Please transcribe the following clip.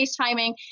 FaceTiming